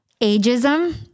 ageism